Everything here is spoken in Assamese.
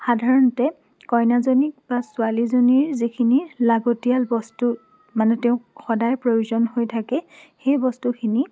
সাধাৰণতে কইনাজনীক বা ছোৱালীজনীৰ যিখিনি লাগতীয়াল বস্তু মানে তেওঁক সদায় প্ৰয়োজন হৈ থাকে সেই বস্তুখিনি